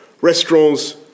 restaurants